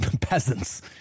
peasants